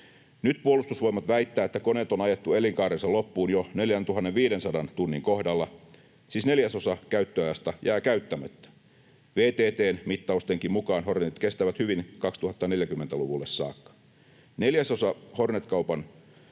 Nyt Puolustusvoimat väittää, että koneet on ajettu elinkaarensa loppuun jo 4 500 tunnin kohdalla, siis neljäsosa käyttöajasta jää käyttämättä. VTT:nkin mittausten mukaan Hornetit kestävät hyvin 2040‑luvulle saakka. Neljäsosa Hornet-kaupan